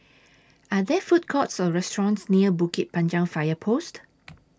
Are There Food Courts Or restaurants near Bukit Panjang Fire Post